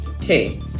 Two